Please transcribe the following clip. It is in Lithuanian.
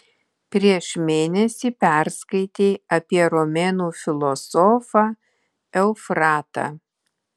prieš mėnesį perskaitei apie romėnų filosofą eufratą